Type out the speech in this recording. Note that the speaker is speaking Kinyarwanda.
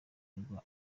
rwa